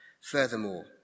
Furthermore